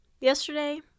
Yesterday